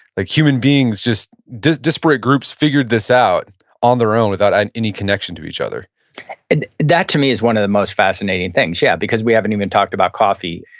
like human beings just, disparate groups figured this out on their own without an any connection to each other and that to me is one of the most fascinating things, yeah, because we haven't even talked about coffee,